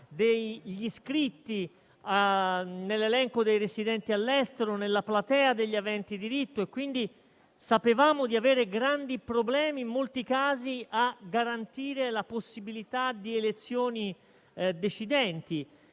degli iscritti nell'elenco dei residenti all'estero nella platea degli aventi diritto; sapevamo quindi di avere grandi problemi, in molti casi, a garantire la possibilità di elezioni decidenti.